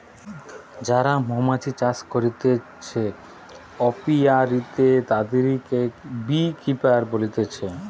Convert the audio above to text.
যারা মৌমাছি চাষ করতিছে অপিয়ারীতে, তাদিরকে বী কিপার বলতিছে